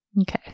Okay